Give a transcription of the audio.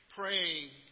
praying